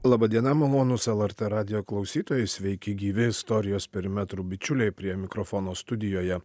laba diena malonūs lrt radijo klausytojai sveiki gyvi istorijos perimetrų bičiuliai prie mikrofono studijoje